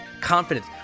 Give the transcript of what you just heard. confidence